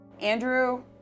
Andrew